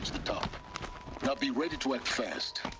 the top now be ready to act fast.